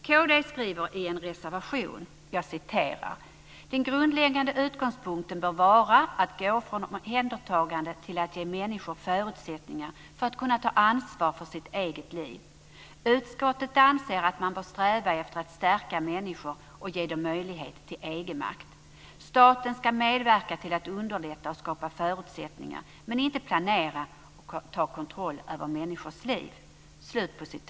Kd skriver i en reservation: "Den grundläggande utgångspunkten bör vara att gå från omhändertagande till att ge människor förutsättningar för att kunna ta ansvar för sitt eget liv. Utskottet anser att man bör sträva efter att stärka människor och ge dem möjligheter till egenmakt. Staten skall medverka till att underlätta och skapa förutsättningar men inte planera och ta kontroll över människors liv."